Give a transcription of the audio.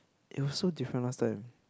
it was so different last time